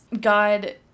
God